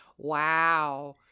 Wow